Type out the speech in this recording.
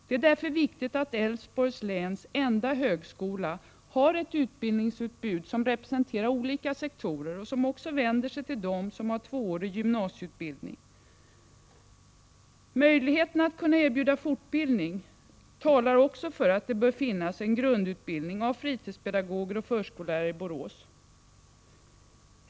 Det är därför viktigt att Älvsborgs läns enda högskola har ett utbildningsutbud som representerar olika sektorer och som också vänder sig till dem som har tvåårig gymnasieutbildning. Möjligheterna att kunna erbjuda fortbildning talar också för att det bör finnas en grundutbildning av fritidspedagoger och förskollärare i Borås.